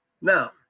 now